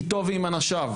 איתו ועם אנשיו,